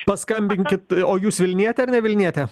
paskambinkit o jūs vilnietė ar ne vilnietė